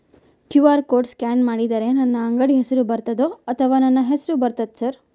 QR code scan ಮಾಡಿದರೆ ನನ್ನ ಅಂಗಡಿ ಹೆಸರು ಬರ್ತದೋ ಅಥವಾ ನನ್ನ ಹೆಸರು ಬರ್ತದ ಸರ್?